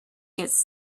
gets